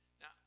Now